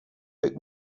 book